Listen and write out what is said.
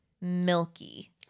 milky